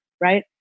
right